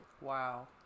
Wow